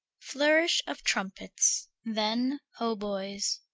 flourish of trumpets then hoboyes.